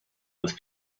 with